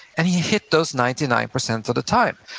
and he hit those ninety nine percent of the time,